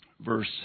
verse